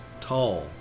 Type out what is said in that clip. tall